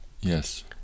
Yes